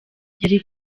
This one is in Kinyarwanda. yari